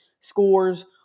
scores